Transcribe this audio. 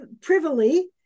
privily